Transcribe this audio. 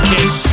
Kiss